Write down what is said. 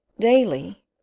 Daily